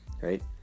right